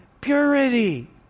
purity